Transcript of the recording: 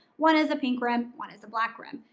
one is a pink rim, one is a black rim.